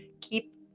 keep